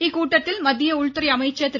இக்கூட்டத்தில் மத்திய உள்துறை அமைச்சர் திரு